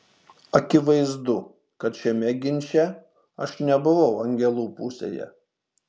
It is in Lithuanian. akivaizdu kad šiame ginče aš nebuvau angelų pusėje